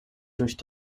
durch